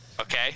Okay